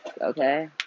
okay